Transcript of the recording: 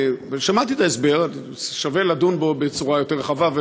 שמעתי את ההסבר, שווה לדון בו בצורה יותר רחבה.